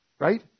Right